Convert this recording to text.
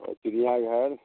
ओ चिड़ियाघर